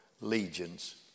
legions